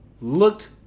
looked